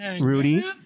Rudy